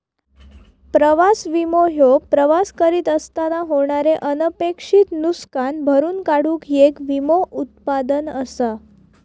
प्रवास विमो ह्यो प्रवास करीत असताना होणारे अनपेक्षित नुसकान भरून काढूक येक विमो उत्पादन असा